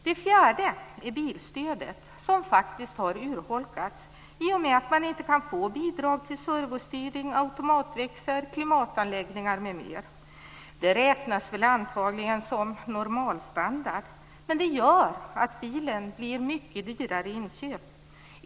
Det fjärde är bilstödet, som faktiskt urholkats i och med att man inte kan få bidrag till servostyrning, automatväxel, klimatanläggning m.m. Det räknas väl antagligen som normalstandard, men det gör att bilen blir mycket dyrare i inköp.